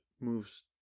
moves